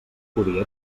podia